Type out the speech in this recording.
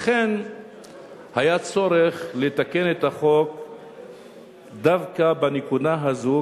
לכן היה צורך לתקן את החוק דווקא בנקודה הזאת,